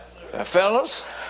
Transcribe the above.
fellas